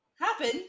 happen